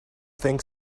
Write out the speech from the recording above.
think